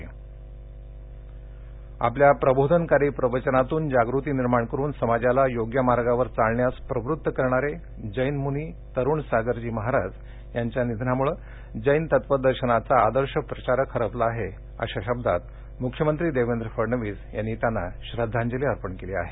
मुनीः आपल्या प्रबोधनकारी प्रवचनांतून जागृती निर्माण करुन समाजाला योग्य मार्गावर चालण्यास प्रवृत्त करणारे जैन मुनी तरुण सागरजी महाराज यांच्या निधनामुळं जैन तत्त्वदर्शनाचा आदर्श प्रचारक हरपला आहे अशा शब्दांत मुख्यमंत्री देवेंद्र फडणवीस यांनी त्यांना श्रद्वांजली अर्पण केली आहे